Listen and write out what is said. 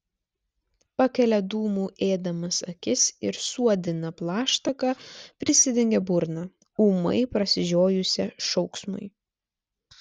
pakelia dūmų ėdamas akis ir suodina plaštaka prisidengia burną ūmai prasižiojusią šauksmui